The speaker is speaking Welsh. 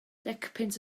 decpunt